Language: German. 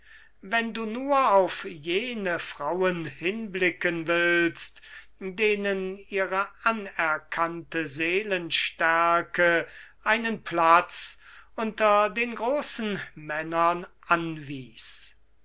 wenn du nur auf jene frauen hinblicken willst denen ihre anerkannte seelenstärke einen platz unter den großen männern anwies